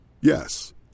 Yes